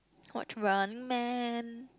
watch Running-Man